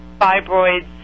fibroids